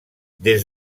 des